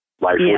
Life